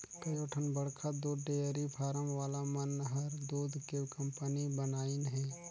कयोठन बड़खा दूद डेयरी फारम वाला मन हर दूद के कंपनी बनाईंन हें